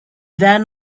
then